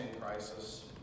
crisis